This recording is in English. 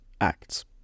Acts